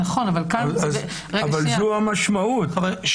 אבל זו המשמעות.